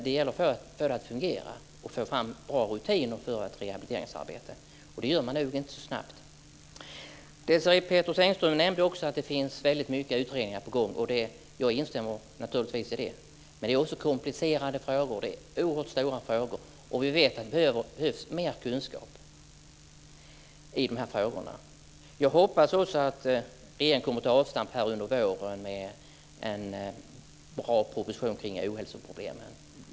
Det gäller att få det att fungera, att få fram bra rutiner för ett rehabiliteringsarbete. Det gör man nog inte så snabbt. Desirée Pethrus Engström nämnde också att det finns väldigt många utredningar på gång. Jag instämmer naturligtvis i det. Men det är också komplicerade och oerhört stora frågor. Vi vet att det behövs mer kunskap i de här frågorna. Jag hoppas också att regeringen under våren kommer att ta avstamp med en bra proposition kring ohälsoproblemen.